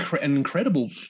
incredible